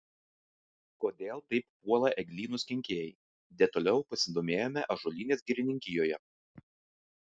kodėl taip puola eglynus kenkėjai detaliau pasidomėjome ąžuolynės girininkijoje